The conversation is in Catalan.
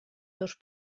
dos